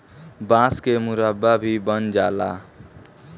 बांस के मुरब्बा भी बन जाला